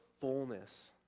fullness